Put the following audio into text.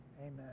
amen